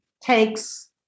takes